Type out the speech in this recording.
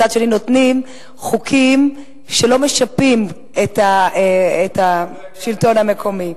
מצד שני מקבלים חוקים שלא משפים את השלטון המקומי.